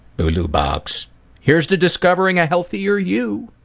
bulubox here's to discovering a healthier you.